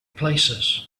places